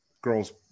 girls